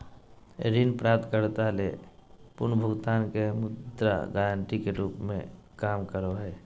ऋण प्राप्तकर्ता ले पुनर्भुगतान के मुद्रा गारंटी के रूप में काम करो हइ